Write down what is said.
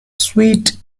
sweet